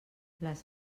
les